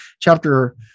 chapter